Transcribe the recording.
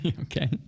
Okay